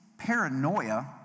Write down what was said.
paranoia